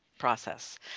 process